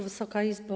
Wysoka Izbo!